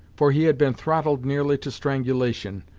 for he had been throttled nearly to strangulation,